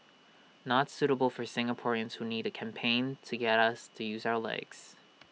not suitable for Singaporeans who need A campaign to get us to use our legs